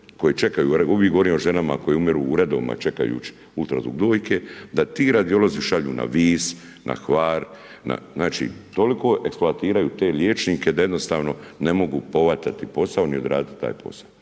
koji čekaju, uvijek govorim o ženama koje umiru u redovima čekajući ultrazvuk dojke, da ti radiolozi šalju na Vis, na Hvar, znači toliko eksploatiraju te liječnike da jednostavno ne mogu povatati taj posao ni odraditi taj posao.